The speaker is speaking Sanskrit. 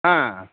हा